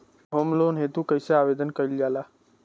Home loan हेतु कइसे आवेदन कइल जाला?